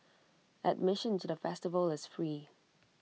admission to the festival is free